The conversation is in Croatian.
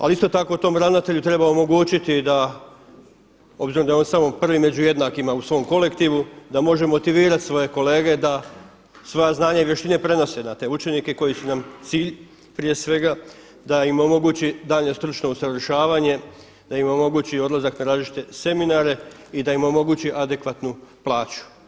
Ali isto tako tom ravnatelju treba omogućiti da obzirom da je on samo prvi među jednakima u svom kolektivu da može motivirati svoje kolege da svoja znanja i vještine prenose na te učenike koji su nam cilj prije svega, da im omogući daljnje stručno usavršavanje, da im omogući odlazak na različite seminare i da im omogući adekvatnu plaću.